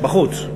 בחוץ.